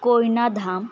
Koynadham